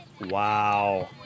Wow